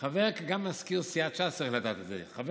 גם מזכיר סיעת ש"ס צריך לדעת את זה: חבר